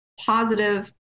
positive